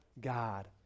god